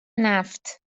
نفت